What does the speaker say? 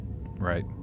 Right